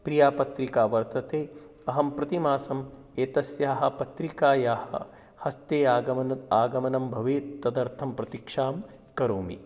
प्रिया पत्रिका वर्तते अहं प्रतिमासम् एतस्याः पत्रिकायाः हस्ते आगमन आगमनं भवेत् तदर्थं प्रतीक्षां करोमि